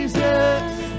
Jesus